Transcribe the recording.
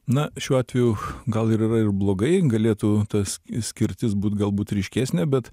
na šiuo atveju gal ir yra ir blogai galėtų tas skirtis būt galbūt ryškesnė bet